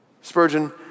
Spurgeon